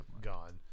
gone